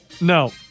No